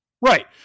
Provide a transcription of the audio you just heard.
Right